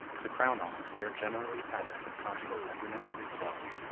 to crown all, they are generally patterns of conjugal tenderness and fidelity.